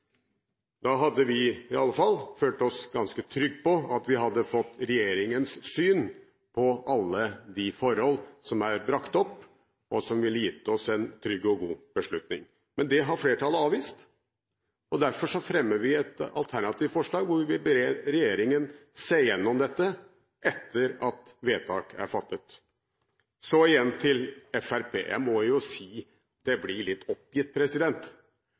Da hadde vi i alle fall følt oss ganske trygge på at vi hadde fått regjeringens syn på alle de forhold som er brakt opp, og som ville gitt oss en trygg og god beslutning. Men det har flertallet avvist. Derfor fremmer vi et alternativt forslag, hvor vi ber regjeringen se gjennom dette etter at vedtak er fattet. Så igjen til Fremskrittspartiet. Jeg må jo si at jeg blir litt oppgitt.